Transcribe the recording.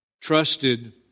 trusted